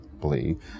believe